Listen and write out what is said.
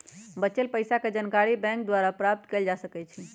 बच्चल पइसाके जानकारी बैंक द्वारा प्राप्त कएल जा सकइ छै